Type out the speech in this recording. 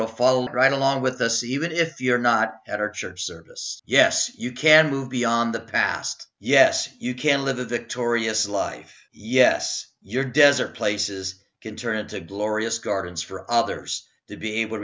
to follow right along with us even if you're not at our church service yes you can move beyond the past yes you can live a victorious life yes you're desert places can turn into glorious gardens for others to be able to